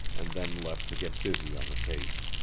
and then left to get busy on the case.